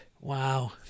Wow